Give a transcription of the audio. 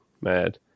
mad